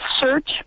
search